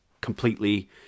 completely